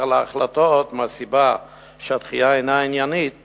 על ההחלטות מהסיבה שהדחייה אינה עניינית